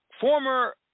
former